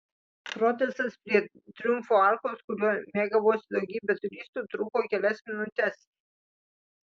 protestas prie triumfo arkos kuriuo mėgavosi daugybė turistų truko kelias minutes